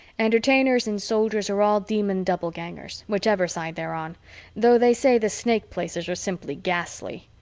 entertainers and soldiers are all demon-doublegangers, whichever side they're on though they say the snake places are simply ghastly.